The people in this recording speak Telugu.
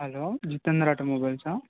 హలో జితేందర్ ఆటోమొబైల్సా